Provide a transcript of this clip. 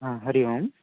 हा हरिः ओम्